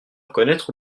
reconnaître